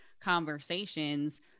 conversations